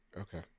Okay